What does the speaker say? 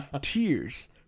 tears